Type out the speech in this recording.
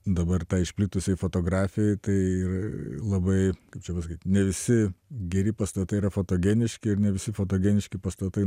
dabar tą išplitusioj fotografijoj tai ir labai kaip čia pasakyt ne visi geri pastatai yra fotogeniški ir ne visi fotogeniški pastatai